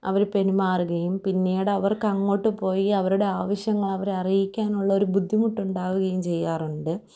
അവര് പെരുമാറുകയും പിന്നീടവർക്കങ്ങോട്ട് പോയി അവരുടെ ആവശ്യങ്ങൾ അവരെ അറിയിക്കാനുള്ള ഒരു ബുദ്ധിമുട്ടുണ്ടാവുകയും ചെയ്യാറുണ്ട്